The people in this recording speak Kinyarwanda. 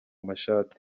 mashati